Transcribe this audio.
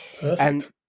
Perfect